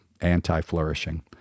anti-flourishing